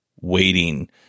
waiting